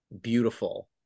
Beautiful